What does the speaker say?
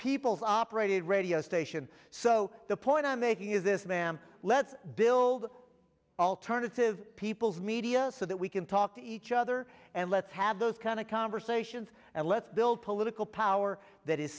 people's operated radio station so the point i'm making is this ma'am let's build alternative people's media so that we can talk to each other and let's have those kind of conversations and let's build political power that is